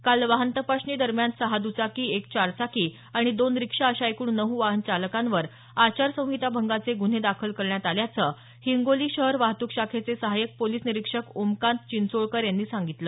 काल वाहन तपासणी दरम्यान सहा दुचाकी एक चारचाकी आणि दोन रिक्षा आशा एकूण नऊ वाहनचालकांवर आचारसंहिता भंगाचे गुन्हे दाखल करण्यात आल्याचं हिंगोली शहर वाहतूक शाखेचे सहाय्यक पोलिस निरीक्षक ओमकांत चिंचोळकर यांनी सांगितलं